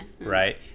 right